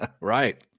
Right